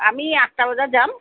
আমি আঠটা বজাত যাম